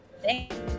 Thanks